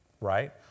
right